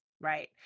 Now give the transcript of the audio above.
Right